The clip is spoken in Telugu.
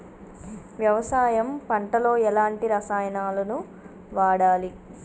వ్యవసాయం పంట లో ఎలాంటి రసాయనాలను వాడాలి?